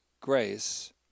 grace